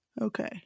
okay